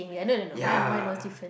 ya